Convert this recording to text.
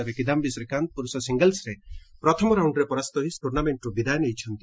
ତେବେ କିଦାୟୀ ଶ୍ରୀକାନ୍ତ ପୁରୁଷ ସିଙ୍ଗଲ୍ୱରେ ପ୍ରଥମ ରାଉଣ୍ଡରେ ପରାସ୍ତ ହୋଇ ଟୁର୍ଣ୍ଣାମେଣ୍ଟରୁ ବିଦାୟ ନେଇଛନ୍ତି